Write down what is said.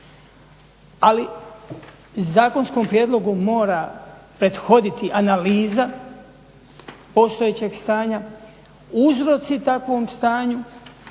Ali zakonskom prijedlogu mora prethoditi analiza postojećeg stanja, uzroci takvom stanju,